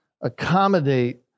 accommodate